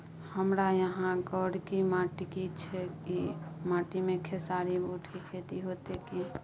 हमारा यहाँ गोरकी माटी छै ई माटी में खेसारी, बूट के खेती हौते की?